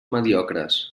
mediocres